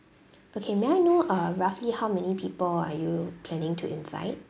okay may I know uh roughly how many people are you planning to invite